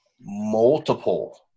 multiple